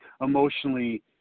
emotionally